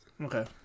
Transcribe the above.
okay